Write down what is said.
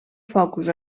focus